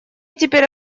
теперь